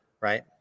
right